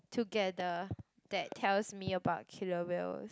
together that tells me about killer whales